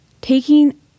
taking